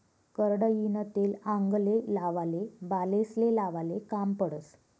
करडईनं तेल आंगले लावाले, बालेस्ले लावाले काम पडस